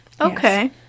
Okay